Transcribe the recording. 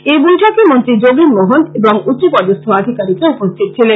এই বৈঠকে মন্ত্রী যোগেন মোহন এবং উচ্চপদস্থ আধিকারিকরা উপস্থিত ছিলেন